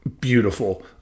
beautiful